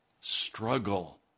struggle